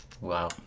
Wow